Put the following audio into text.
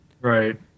right